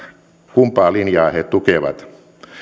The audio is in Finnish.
kumpaa linjaa he tukevat